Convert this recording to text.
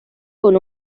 con